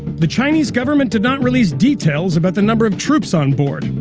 the chinese government did not release details about the number of troops on board,